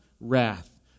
wrath